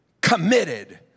committed